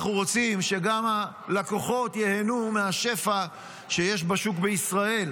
אנחנו רוצים שגם הלקוחות ייהנו מהשפע שיש בשוק בישראל,